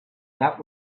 that